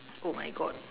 oh my god